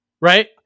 right